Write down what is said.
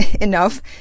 enough